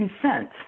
consent